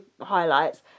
highlights